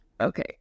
Okay